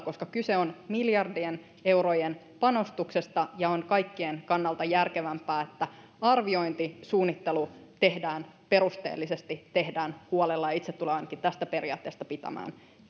koska kyse on miljardien eurojen panostuksesta ja on kaikkien kannalta järkevämpää että arviointi suunnittelu tehdään perusteellisesti tehdään huolella itse ainakin tulen tästä periaatteesta pitämään